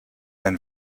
ein